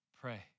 pray